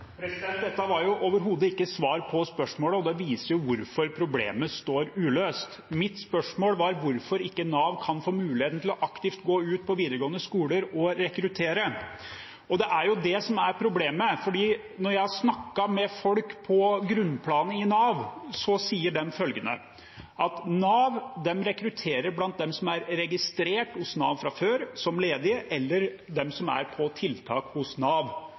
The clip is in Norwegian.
Dette var overhodet ikke svar på spørsmålet, og det viser hvorfor problemet står uløst. Mitt spørsmål var hvorfor Nav ikke kan få muligheten til aktivt å gå ut på videregående skoler og rekruttere. Det er det som er problemet. Når jeg har snakket med folk på grunnplanet i Nav, sier de følgende: Nav rekrutterer blant dem som er registrert som ledige hos Nav fra før, eller blant dem som er på tiltak hos Nav.